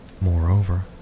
Moreover